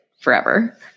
forever